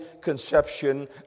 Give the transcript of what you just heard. conception